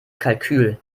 kalkül